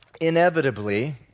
inevitably